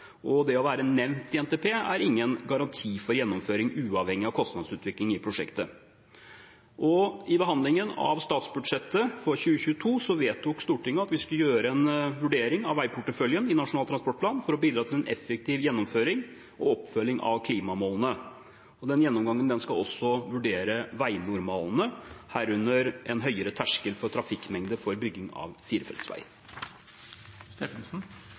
og redusere kostnadene. Det å være nevnt i NTP er ingen garanti for gjennomføring, uavhengig av kostnadsutvikling i prosjektet. I behandlingen av statsbudsjettet for 2022 vedtok Stortinget at vi skulle gjøre en vurdering av veiporteføljen i Nasjonal transportplan for å bidra til en effektiv gjennomføring og oppfølging av klimamålene. Den gjennomgangen skal også vurdere veinormalene, herunder en høyere terskel for trafikkmengde for bygging av